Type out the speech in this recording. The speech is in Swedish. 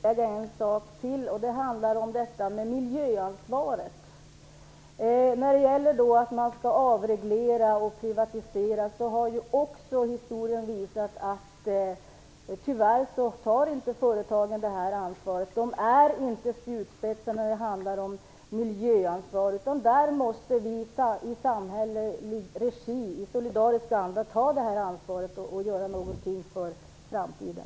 Fru talman! Jag vill bara tillägga en sak, nämligen detta med miljöansvaret. När det gäller detta med avreglering och privatisering har ju historien också visat att företagen tyvärr inte tar ansvaret för detta. De är inte spjutspetsar när det handlar om miljöansvar. Vi måste ta det ansvaret i samhällelig regi i solidarisk anda och göra något för framtiden.